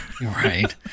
right